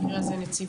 במקרה הזה נציבה